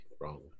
wrong